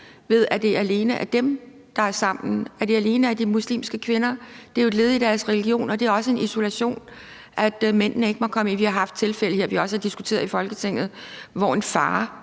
ved at det alene er dem, der er sammen, og at det alene er de muslimske kvinder. Det er jo et led i deres religion, og det er også en isolation, at mændene ikke må komme ind. Vi har haft tilfælde her, som vi også har diskuteret i Folketinget, hvor en far